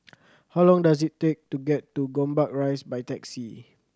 how long does it take to get to Gombak Rise by taxi